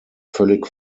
völlig